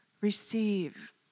Receive